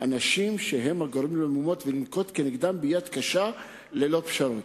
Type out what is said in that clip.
אנשים הגורמים למהומות ולנקוט נגדם יד קשה וללא פשרות.